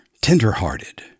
tenderhearted